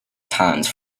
times